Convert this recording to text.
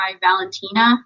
Valentina